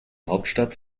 hauptstadt